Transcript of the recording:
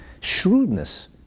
shrewdness